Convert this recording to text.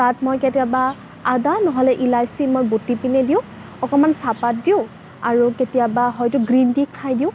তাত মই কেতিয়াবা আদা নহ'লে ইলাচী মই বটি পেলাই দিওঁ অকণমান চাহপাত দিওঁ আৰু কেতিয়াবা হয়টো গ্ৰীন টি খাই দিওঁ